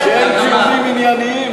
כשאין טיעונים ענייניים,